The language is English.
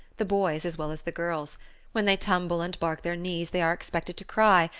the boys as well as the girls when they tumble and bark their knees they are expected to cry,